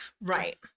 Right